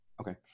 Okay